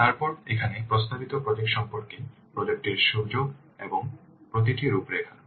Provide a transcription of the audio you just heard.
তারপরে এখানে প্রস্তাবিত প্রজেক্ট সম্পর্কে প্রজেক্ট এর সুযোগ এর প্রতিটি রূপরেখা